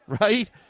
right